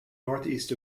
northeast